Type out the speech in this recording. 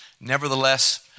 Nevertheless